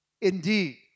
indeed